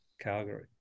Calgary